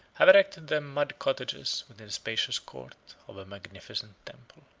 have erected their mud cottages within the spacious court of a magnificent temple.